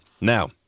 Now